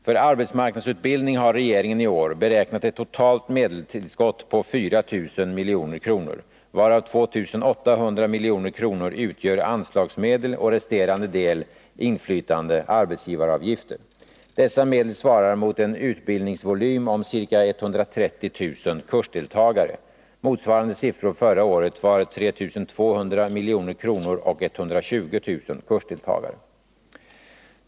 För arbetsmarknadsutbildning har regeringen i år beräknat ett totalt medelstillskott på ca 4 000 milj.kr., varav 2 800 milj.kr. utgör anslagsmedel och resterande del inflytande arbetsgivaravgifter. Dessa medel svarar mot en utbildningsvolym om ca 130 000 kursdeltagare. Motsvarande siffror förra året var 3 200 milj.kr. och 120 000 kursdeltagare.